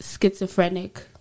schizophrenic